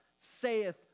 saith